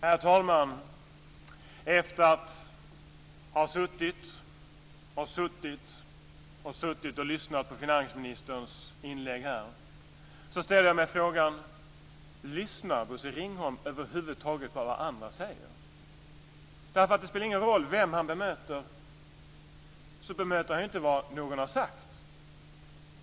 Herr talman! Efter att ha suttit, suttit och suttit och lyssnat på finansministerns inlägg här ställer jag mig frågan: Lyssnar Bosse Ringholm över huvud taget på vad andra säger? Det spelar ingen roll vem han än bemöter, så bemöter han inte vad den personen har sagt.